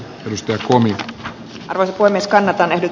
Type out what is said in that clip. mistä suomi alkoi niskanen tanelit